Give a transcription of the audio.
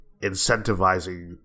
incentivizing